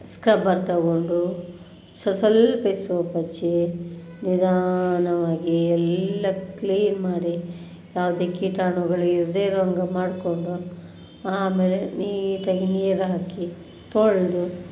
scrubber ತಗೊಂಡು ಸ್ವಲ್ ಸ್ವಲ್ಪ ಸೋಪ್ ಹಚ್ಚಿ ನಿಧಾನವಾಗಿ ಎಲ್ಲ ಕ್ಲೀನ್ ಮಾಡಿ ಯಾವುದೇ ಕೀಟಾಣುಗಳು ಇರದೇ ಇರೋಂಗೆ ಮಾಡಿಕೊಂಡು ಆಮೇಲೆ ನೀಟಾಗಿ ನೀರು ಹಾಕಿ ತೊಳೆದು